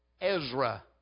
Ezra